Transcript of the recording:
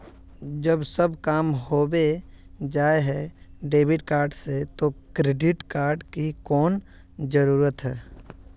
जब सब काम होबे जाय है डेबिट कार्ड से तो क्रेडिट कार्ड की कोन जरूरत है?